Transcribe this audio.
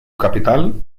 capital